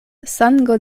sango